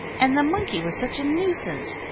and the monkey was such a nuisance,